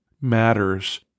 matters